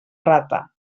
rata